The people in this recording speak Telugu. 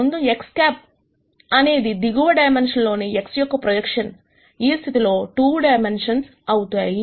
ముందు X̂ అనేది దిగువ డైమెన్షన్ లోని X యొక్క ప్రొజెక్షన్ ఈ స్థితిలో 2 డైమెన్షన్స్ అవుతుంది